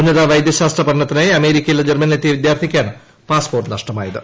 ഉന്നത വൈദ്യശാസ്ത്രപഠനത്തിനായി അമേരിക്കയിൽനിന്ന് ജർമനിയിലെത്തിയ വിദ്യാർത്ഥിക്കാണ് പാസ്പോർട്ട് നഷ്ടമായത്